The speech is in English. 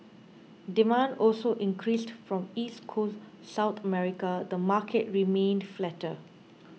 demand also increased from East Coast South America the market remained flatter